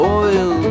oil